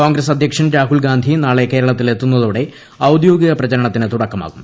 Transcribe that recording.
കോൺഗ്രസ് അധ്യക്ഷൻ രാഹുൽഗാന്ധി നാളെ കേരളത്തിൽ എത്തുന്നതോടെ ഔദ്യോഗിക പ്രചരണത്തിന് തുടക്കമാകും